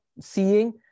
seeing